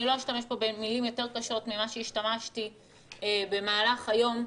אני לא אשתמש פה במילים יותר קשות ממה השתמשתי במהלך היום,